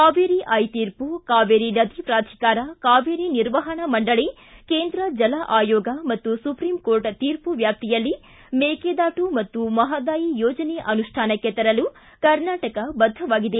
ಕಾವೇರಿ ಐತೀರ್ಪು ಕಾವೇರಿ ನದಿ ಪ್ರಾಧಿಕಾರ ಕಾವೇರಿ ನಿರ್ಹವಣಾ ಮಂಡಳಿ ಕೇಂದ್ರ ಜಲ ಆಯೋಗ ಹಾಗೂ ಸುಪ್ರೀಂ ಕೋರ್ಟ್ ತೀರ್ಪು ವ್ಯಾಪ್ತಿಯಲ್ಲಿ ಮೇಕೆದಾಟು ಮತ್ತು ಮಹದಾಯಿ ಯೋಜನೆ ಅನುಷ್ಠಾನಕ್ಕೆ ತರಲು ಕರ್ನಾಟಕ ಬದ್ಧವಾಗಿದೆ